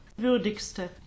Würdigste